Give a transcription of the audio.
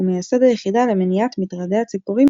ומייסד היחידה למניעת מטרדי הציפורים